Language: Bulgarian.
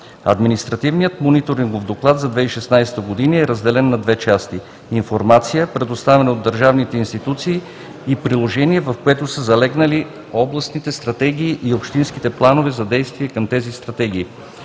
Административният мониторингов доклад за 2016 г. е разделен на две части – информация, предоставена от държавните институции, и приложение, в което са залегнали областните стратегии и общински планове за действие към тези стратегии.